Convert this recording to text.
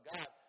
God